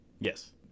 Yes